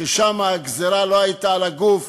ששם הגזירה לא הייתה על הגוף,